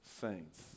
saints